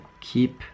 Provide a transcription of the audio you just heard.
keep